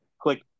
click